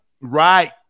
Right